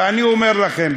ואני אומר לכם,